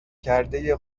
کرده